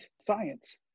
science